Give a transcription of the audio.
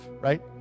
right